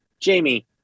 Jamie